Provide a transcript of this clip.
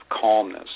calmness